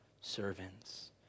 servants